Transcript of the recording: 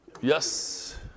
Yes